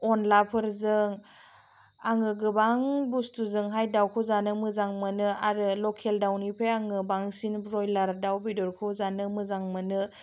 अनलाफोरजों आङो गोबां बुस्थुजोंहाय दाउखौ जानो मोजां मोनो आरो लकेल दाउनिफ्राय आङो बांसिन ब्रयलार दाउ बेदरखौ जानो मोजां मोनो